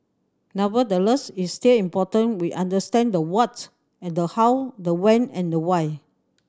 nevertheless it's still important we understand the what and the how the when and the why